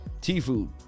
T-Food